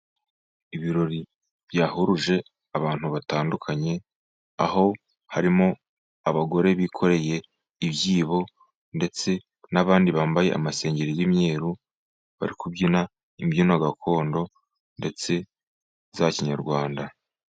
Ibirori byahuruje abantu batandukanye, aho harimo abagore bikoreye ibyibo, ndetse n'abandi bambaye amasengeri y' imyeru, bari kubyina imbyino gakondo ndetse za kinyarwanda.